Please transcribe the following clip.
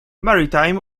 maritime